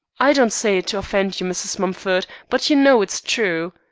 i don't say it to offend you, mrs. mumford, but you know it's true.